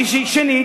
שנית,